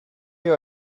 you